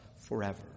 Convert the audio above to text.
forever